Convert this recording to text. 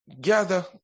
gather